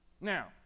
Now